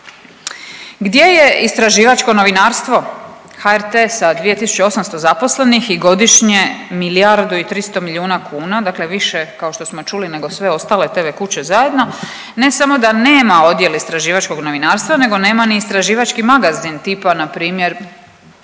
Gdje je istraživačko novinarstvo? HRT sa 2800 zaposlenih i godišnje milijardu i 300 milijuna kuna, dakle više kao što smo čuli nego sve ostale tv kuće zajedno ne samo da nema odjel istraživačkog novinarstva, nego nema ni istraživački magazin tipa na primjer